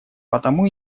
потому